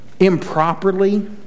improperly